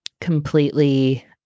completely